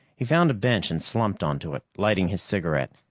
he found a bench and slumped onto it, lighting his cigarette.